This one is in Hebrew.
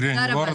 תודה רבה.